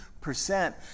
percent